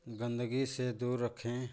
गंदगी से दूर रखें